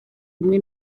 imwe